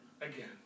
again